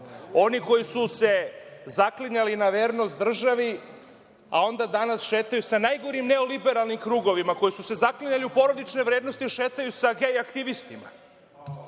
oni koji su se zaklinjali na vernost državi, a onda danas šetaju sa najgorim neoliberalnim krugovima, koji su se zaklinjali u porodične vrednosti, šetaju sa gej aktivistima.